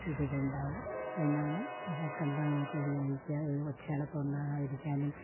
ഒരു തൊണ്ടാവും അതിനാണ് കൽക്കണ്ടം ഒക്കെ ഉപയോഗിക്കുക ഒച്ച അടപ്പ് ഒണ്ടാകാതെ ഇരിക്കാനും